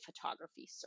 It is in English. photography